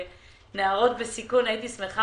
הוועדה לנערות בסיכון הייתי מאוד